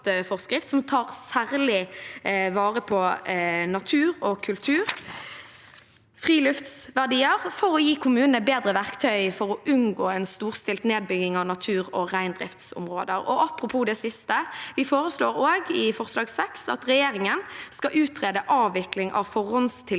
som tar særlig vare på natur-, kultur- og friluftsverdier, for å gi kommunene bedre verktøy til å unngå en storstilt nedbygging av natur- og reindriftsområder. Apropos det siste foreslår vi også, i forslag nr. 6, at regjeringen skal utrede avvikling av forhåndstiltredelse